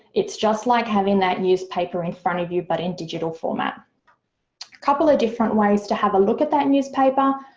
it's just like having that newspaper in front of you but in digital format. a couple of different ways to have a look at that newspaper,